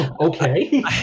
Okay